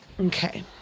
Okay